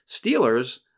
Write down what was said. Steelers